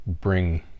bring